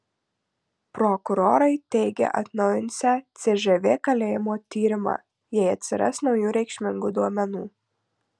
prokurorai teigia atnaujinsią cžv kalėjimo tyrimą jei atsiras naujų reikšmingų duomenų